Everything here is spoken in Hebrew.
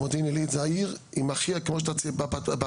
זו עיר עם הכי כמו שהצגת בפתיח